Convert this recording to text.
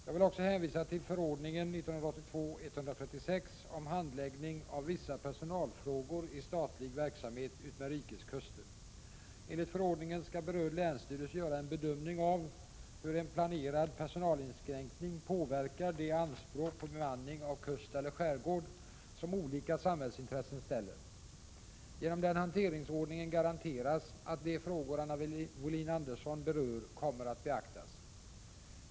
Jag vill också hänvisa till förordningen om handläggning av vissa personalfrågor i statlig verksamhet utmed rikets kuster. Enligt förordningen skall berörd länsstyrelse göra en bedömning av hur en planerad personalinskränkning påverkar de anspråk på bemanning av kust eller skärgård som olika samhällsintressen ställer. Genom den hanteringsordningen garanteras att de frågor Anna Wohlin-Andersson berör kommer att beaktas.